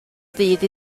ddydd